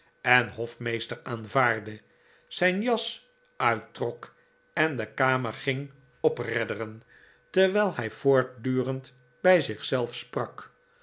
en hofmeester aanvaardde zijn jas uittrok en de kamer ging opredderen terwijl hij voortdurend bij zich zelf sprak